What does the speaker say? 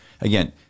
again